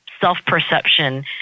self-perception